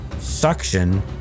suction